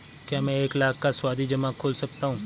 क्या मैं एक लाख का सावधि जमा खोल सकता हूँ?